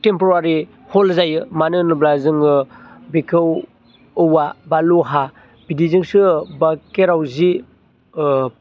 temporary हल जायो मानो होनोब्ला जोङो बेखौ औवा बा लहा बिदिजोंसो बा खेराव जि ओ